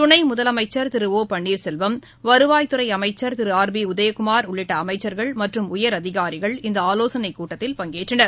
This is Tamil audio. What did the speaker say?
துணைமுதலமைச்சா் திரு ஒ பன்னீாசெல்வம் வருவாய்த்துறைஅமைச்சா் திருஆர் பிஉதயகுமாா உள்ளிட்டஅமைச்சா்கள் மற்றும் உயரதிகாரிகள் இந்தஆலோசனைக் கூட்டத்தில் பங்கேற்றனா்